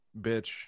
bitch